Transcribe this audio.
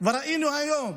במלחמה הזו, וראינו היום